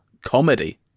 comedy